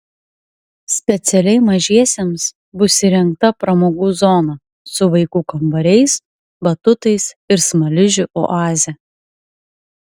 specialiai mažiesiems bus įrengta pramogų zona su vaikų kambariais batutais ir smaližių oaze